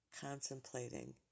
contemplating